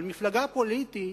אבל מפלגה פוליטית,